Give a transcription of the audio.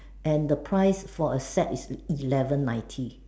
and the price for a set is eleven ninety